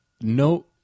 no